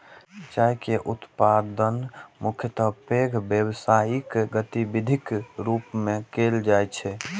चाय के उत्पादन मुख्यतः पैघ व्यावसायिक गतिविधिक रूप मे कैल जाइ छै